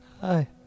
Hi